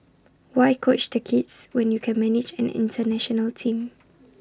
why coach the kids when you can manage an International team